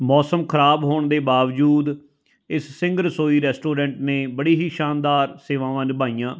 ਮੌਸਮ ਖਰਾਬ ਹੋਣ ਦੇ ਬਾਵਜੂਦ ਇਸ ਸਿੰਘ ਰਸੋਈ ਰੈਸਟੋਰੈਂਟ ਨੇ ਬੜੀ ਹੀ ਸ਼ਾਨਦਾਰ ਸੇਵਾਵਾਂ ਨਿਭਾਈਆਂ